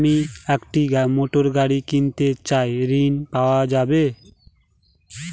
আমি একটি মোটরগাড়ি কিনতে চাই ঝণ পাওয়া যাবে?